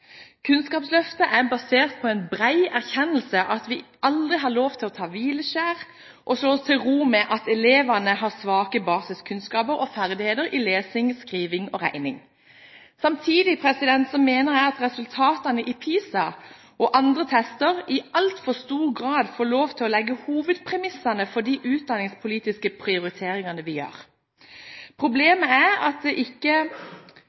Kunnskapsløftet er basert på en bred erkjennelse av at vi aldri har lov til å ta hvileskjær og slå oss til ro med at elevene har svake basiskunnskaper og ferdigheter i lesing, skriving og regning. Samtidig mener jeg at resultatene i PISA og andre tester i altfor stor grad får lov til å legge hovedpremissene for de utdanningspolitiske prioriteringene vi gjør. Problemet er at læreplanens brede samfunnsmandat ikke